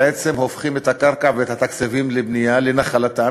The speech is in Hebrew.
בעצם הופכים את הקרקע ואת התקציבים לבנייה לנחלתם